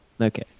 Okay